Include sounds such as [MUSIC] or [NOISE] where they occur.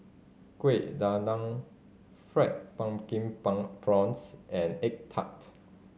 Kueh Dadar fried pumpkin [UNINTELLIGIBLE] prawns and egg tart